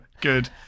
good